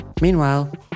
meanwhile